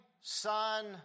son